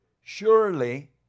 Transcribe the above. Surely